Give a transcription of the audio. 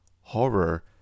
Horror